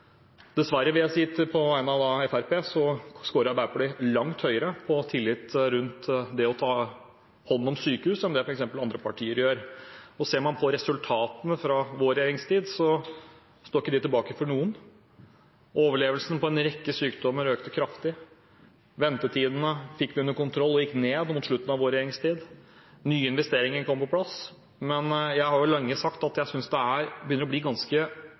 langt høyere på tillit rundt det å ta hånd om sykehus enn det andre partier gjør. Og ser man på resultatene fra vår regjeringstid, står ikke de tilbake for noen. Overlevelsen ved en rekke sykdommer økte kraftig, ventetidene fikk vi under kontroll – de gikk ned mot slutten av vår regjeringstid – nye investeringer kom på plass. Men jeg har jo lenge sagt at jeg synes det begynner å bli ganske